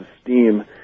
steam